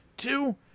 Two